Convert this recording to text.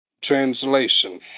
Translation